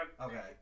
Okay